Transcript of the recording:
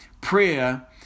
Prayer